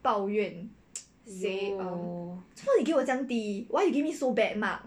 抱怨 say 怎么你给我这样低 why you give me so bad mark